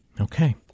Okay